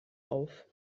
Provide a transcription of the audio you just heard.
auf